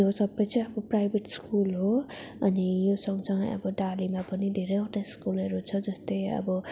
यो सबै चाहिँ अब प्राइभेट स्कुल हो अनि यो सँगसँगै अब डालीमा पनि धेरैवटा स्कुलहरू छ जस्तै अब